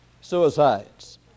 suicides